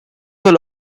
will